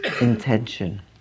intention